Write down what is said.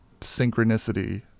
synchronicity